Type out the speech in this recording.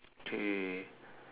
okay